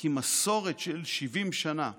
כי מסורת של 70 שנה,